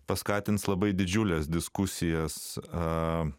paskatins labai didžiules diskusijas a